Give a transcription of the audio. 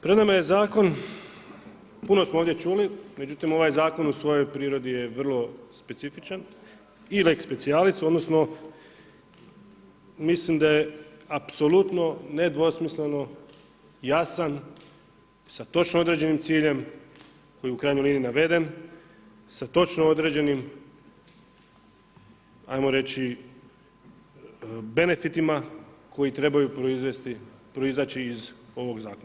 Pred nama je zakon, puno svo ovdje čuli, međutim, ovaj zakon po svojoj prirodi, je vrlo specifičan i lex specijalist, odnosno, mislim da je apsolutno nedvosmisleno jasan, sa točno određenim ciljem, koji je u krajnjoj liniji naveden, sa točno određenim, ajmo reći, benefitima, koji trebaju proizaći iz ovog zakona.